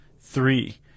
three